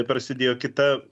prasidėjo kita